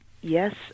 Yes